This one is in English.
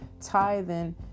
tithing